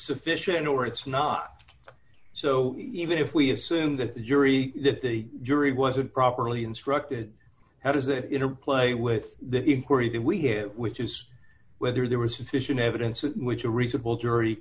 sufficient or it's not so even if we assume that the jury that the jury wasn't properly instructed how does that interplay with the inquiry that we hear which is whether there was sufficient evidence with which a reasonable jury